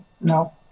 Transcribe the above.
No